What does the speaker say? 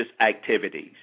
activities